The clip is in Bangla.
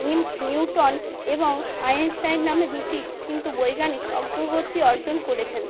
নিউ নিউটন এবং আইনস্টাইন নামে দুটি কিন্তু বৈজ্ঞানিক অগ্রগতি অর্জন করেছেন